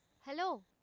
Hello